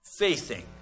faithing